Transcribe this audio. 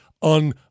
on